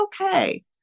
okay